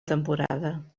temporada